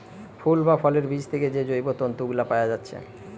ফুল বা ফলের বীজ থিকে যে জৈব তন্তু গুলা পায়া যাচ্ছে